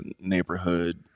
neighborhood